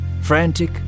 Frantic